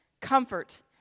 Comfort